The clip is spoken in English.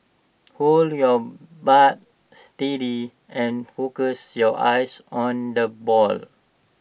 hold your bat steady and focus your eyes on the ball